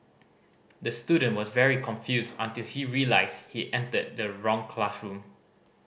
the student was very confused until he realised he entered the wrong classroom